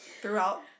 throughout